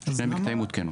בשני מקטעים הן כבר הותקנו.